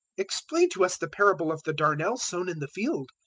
explain to us the parable of the darnel sown in the field.